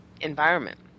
environment